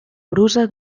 brusa